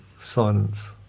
Silence